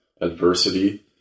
adversity